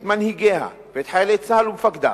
את מנהיגיה ואת חיילי צה"ל ומפקדיו.